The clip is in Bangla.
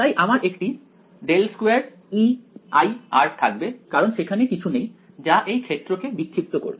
তাই আমার একটি ∇2Ei থাকবে কারণ সেখানে কিছু নেই যা এই ক্ষেত্রকে বিক্ষিপ্ত করবে